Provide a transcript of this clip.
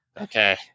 Okay